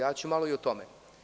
Ja ću malo i o tome.